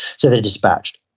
so they're dispatched.